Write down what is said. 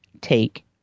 take